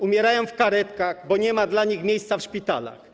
Umierają w karetkach, bo nie ma dla nich miejsc w szpitalach.